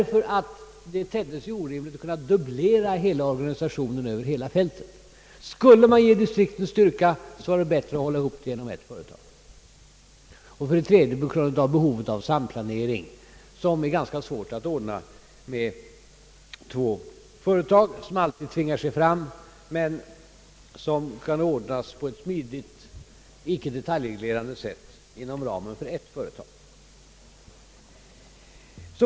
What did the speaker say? Det tedde sig nämligen orimligt att behöva dubblera organisationen över hela fältet. Skulle man ge distrikten mera styrka, så vore det bättre att hålla ihop dem inom ett företag. För det tredje inverkade också behovet av samplanering, som är ganska svår att ordna med två företag, alltså behovet av den samplanering som alltid är nödvändig, men som måste kunna ordnas på ett smidigt, icke detaljreglerande sätt inom ramen för ett företag.